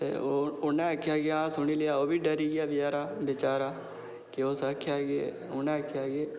उ'न्नै आक्खेआ की हां सुनी लैआ ओह् बी डरी गेआ बेचारा की उस आक्खेआ की उ'न्नै आक्खेआ कि